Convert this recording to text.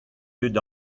dud